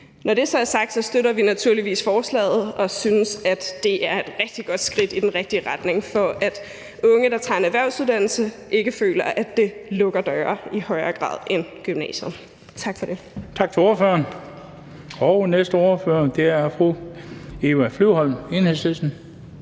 Når det så er sagt, støtter vi naturligvis forslaget og synes, at det er et rigtig godt skridt i den rigtige retning for, at unge, der tager en erhvervsuddannelse, ikke føler, at det lukker døre i højere grad end gymnasiet. Tak for det. Kl. 17:46 Den fg. formand (Bent Bøgsted): Tak til ordføreren. Den næste ordfører er fru Eva Flyvholm, Enhedslisten.